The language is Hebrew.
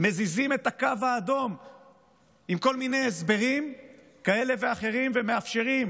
מזיזים את הקו האדום עם כל מיני הסברים כאלה ואחרים ומאפשרים